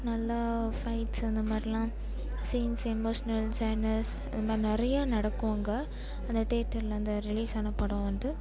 நல்லா ஃபைட்ஸ் அந்த மாதிரிலாம் சேம்ஸ் எமோஷ்னல் சேனல்ஸ் இது மாதிரி நிறையா நடக்கும் அங்கே அந்த தேட்டரில் அந்த ரிலீஸ் ஆன படம் வந்து